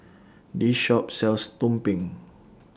This Shop sells Tumpeng